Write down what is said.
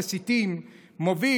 גם מבחינה פוליטית עברתם ימינה,